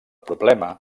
problema